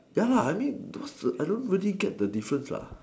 ya I mean I don't really get the difference lah